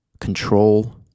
control